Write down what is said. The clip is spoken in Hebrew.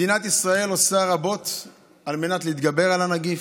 מדינת ישראל עושה רבות על מנת להתגבר על הנגיף.